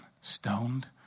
stoned